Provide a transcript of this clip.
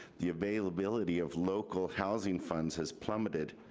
the availability of local housing funds has plummeted.